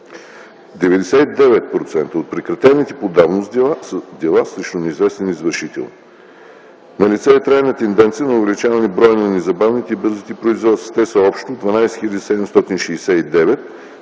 99% от прекратените по давност дела са срещу неизвестен извършител. Налице е трайна тенденция на увеличаване броя на незабавните и бързите производства. Те са общо 12 хил.